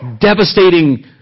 devastating